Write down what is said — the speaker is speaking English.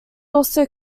also